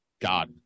God